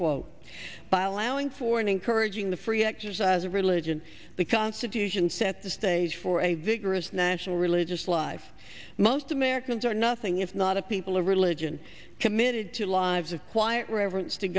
quote by allowing for and encouraging the free exercise of religion the constitution set the stage for a vigorous national religious life most americans are nothing if not of people of religion committed to lives of quiet reverence to